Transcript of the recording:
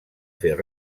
fer